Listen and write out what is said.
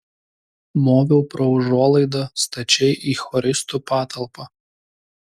moviau pro užuolaidą stačiai į choristų patalpą